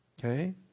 Okay